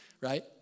right